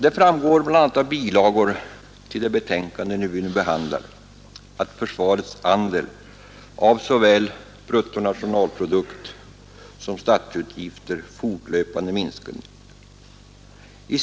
Som framgår bl.a. av bilagor till det betänkande vi nu behandlar har försvarets andel av såväl bruttonationalprodukten som statsutgifterna fortlöpande minskat.